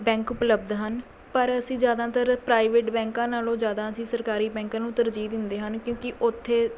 bank ਉਪਲਬਧ ਹਨ ਪਰ ਅਸੀਂ ਜਿਆਦਾਤਰ ਪ੍ਰਾਈਵੇਟ ਬੈਂਕਾਂ ਨਾਲੋਂ ਜਿਆਦਾ ਅਸੀਂ ਸਰਕਾਰੀ ਬੈਂਕਾਂ ਨੂੰ ਤਰਜੀਹ ਦਿੰਦੇ ਹਨ ਕਿਉਂਕਿ ਓਥੇ